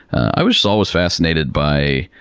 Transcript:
i was just always fascinated by,